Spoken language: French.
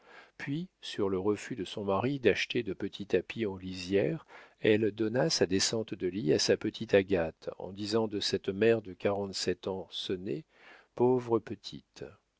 puis sur le refus de son mari d'acheter de petits tapis en lisière elle donna sa descente de lit à sa petite agathe en disant de cette mère de quarante-sept ans sonnés pauvre petite